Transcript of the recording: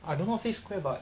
I don't want to say square but